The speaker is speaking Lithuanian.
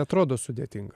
atrodo sudėtinga